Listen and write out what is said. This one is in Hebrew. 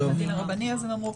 גם לבתי הדין הרבני אז הם אמרו,